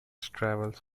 travels